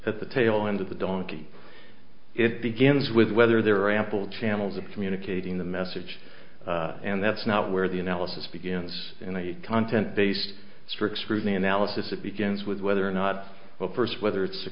at the tail end of the donkey it begins with whether there are ample channels of communicating the message and that's not where the analysis begins and content based strict scrutiny analysis it begins with whether or not the first whether it's a